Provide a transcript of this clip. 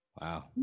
Wow